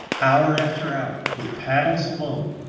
hour after hour, with paddles alone,